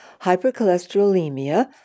hypercholesterolemia